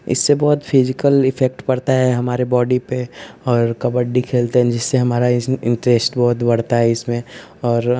इससे बहुत physical effect पड़ता है हमारे बॉडी पर और कबड्डी खेलते हैं जिससे हमारा इन इन्टरेस्ट बहुत बढ़ता है इसमें और